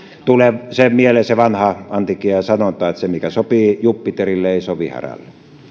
tulee mieleen se vanha antiikin ajan sanonta että se mikä sopii jupiterille ei sovi härälle